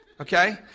Okay